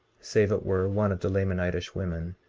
save it were one of the lamanitish women,